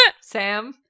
Sam